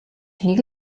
нэг